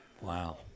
Wow